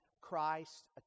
Christ